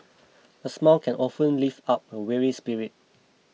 a smile can often lift up a weary spirit